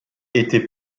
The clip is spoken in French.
était